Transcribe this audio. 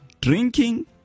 drinking